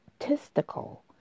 statistical